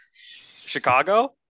Chicago